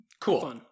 cool